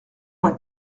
vingt